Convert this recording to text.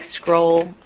scroll